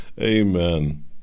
Amen